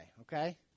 okay